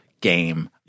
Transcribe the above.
game